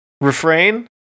Refrain